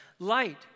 Light